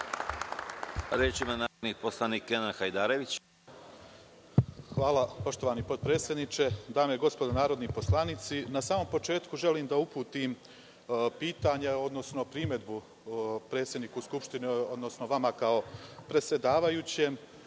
Reč ima narodni poslanik Kenan Hajdarević. **Kenan Hajdarević** Hvala poštovani potpredsedniče. Dame i gospodo narodni poslanici, na samom početku želim da uputim pitanje, odnosno primedbu predsedniku Skupštine, odnosno vama kao predsedavajućem,